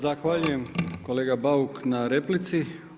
Zahvaljujem kolega Bauk na replici.